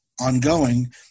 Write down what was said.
ongoing